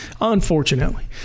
unfortunately